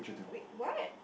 wait what